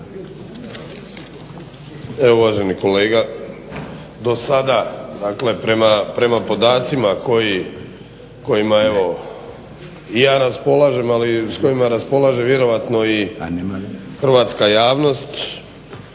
Evo uvaženi kolega, do sada, dakle prema podacima kojima evo i ja raspolažem, ali i s kojima raspolaže vjerojatno i hrvatska javnost.